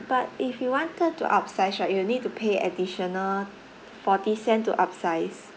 but if you wanted to upsize right you need to pay additional forty cent to upsize